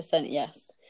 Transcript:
yes